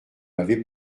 m’avez